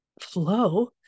flow